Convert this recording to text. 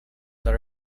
the